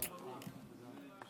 ברכות לכל חברי הכנסת